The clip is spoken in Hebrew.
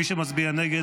מי שמצביע נגד,